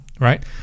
right